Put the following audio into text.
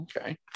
Okay